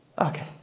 Okay